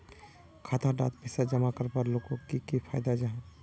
खाता डात पैसा जमा करवार लोगोक की फायदा जाहा?